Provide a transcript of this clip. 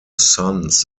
sons